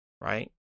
Right